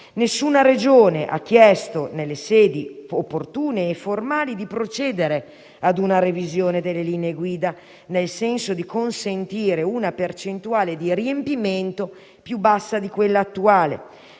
Nessuna Regione ha chiesto nelle sedi opportune e formali di procedere ad una revisione delle linee guida, nel senso di consentire una percentuale di riempimento più bassa di quella attuale.